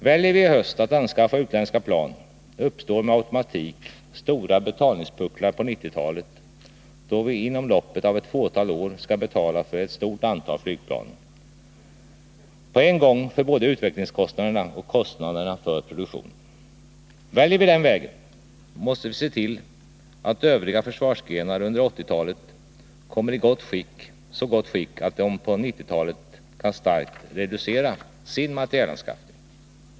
Väljer vi i höst att anskaffa utländska plan uppstår med automatik stora betalningspucklar på 1990-talet, då vi inom loppet av ett fåtal år skall betala för ett stort antal flygplan — på en gång för både utvecklingskostnaderna och kostnaderna för produktionen. Väljer vi den vägen, måste vi se till att övriga försvarsgrenar under 1980-talet kommer i så gott skick att de på 1990-talet kan starkt reducera sin materielanskaffning.